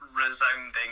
resounding